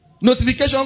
Notification